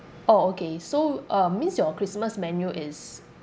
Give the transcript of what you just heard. orh okay so uh means your christmas menu is